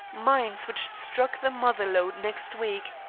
mines which struck the mother lode next week,